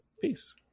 peace